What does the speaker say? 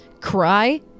cry